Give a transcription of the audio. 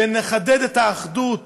ונחדד את האחדות